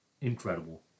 Incredible